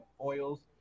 oils